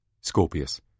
Scorpius